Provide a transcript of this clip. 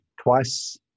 twice